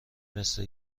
مثه